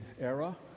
era